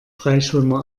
freischwimmer